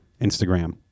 Instagram